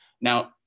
Now